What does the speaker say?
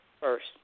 first